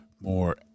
more